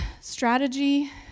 strategy